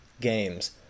games